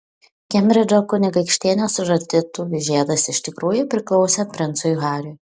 kembridžo kunigaikštienės sužadėtuvių žiedas iš tikrųjų priklausė princui hariui